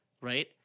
right